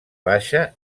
baixa